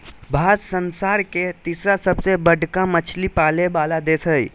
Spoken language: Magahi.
भारत संसार के तिसरा सबसे बडका मछली पाले वाला देश हइ